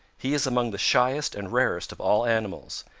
he is among the shyest and rarest of all animals,